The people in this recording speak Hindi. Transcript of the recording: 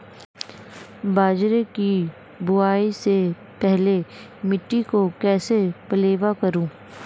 बाजरे की बुआई से पहले मिट्टी को कैसे पलेवा करूं?